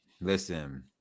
Listen